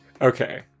Okay